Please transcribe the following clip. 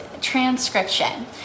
transcription